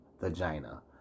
Vagina